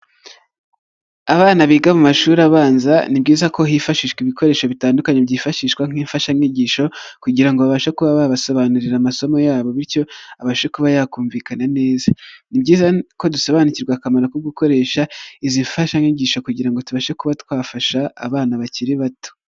Abana biga mu mashuri abanza ni byiza ko hifashishwa ibikoresho bitandukanye byifashishwa nk'imfashanyigisho kugira babashe kuba babasobanurira amasomo yabo bityo abashe kuba yakumvikana neza, ni byiza ko dusobanukirwa akamaro ko gukoresha izi mfashanyigisho kugira ngo tubashe kuba twafasha abana bakiri bato.